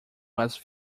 was